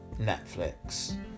Netflix